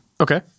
Okay